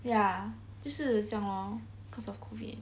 ya 就是这样 lor cause of COVID